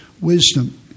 wisdom